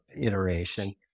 iteration